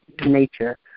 nature